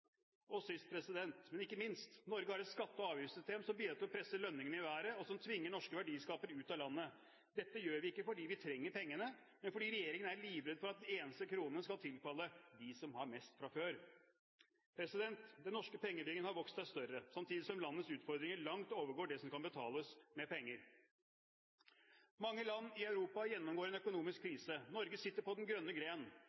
men ikke minst: Norge har et skatte- og avgiftssystem som bidrar til å presse lønningene i været, og som tvinger norske verdiskapere ut av landet. Dette gjør vi ikke fordi vi trenger pengene, men fordi regjeringen er livredd for at en eneste krone skal tilfalle dem som har mest fra før. Den norske pengebingen har vokst seg større, samtidig som landets utfordringer langt overgår det som kan betales med penger. Mange land i Europa gjennomgår en økonomisk